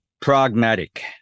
pragmatic